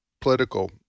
political